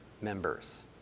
members